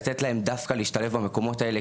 לתת להם דווקא להשתלב במקומות האלה,